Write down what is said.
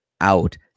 out